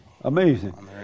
Amazing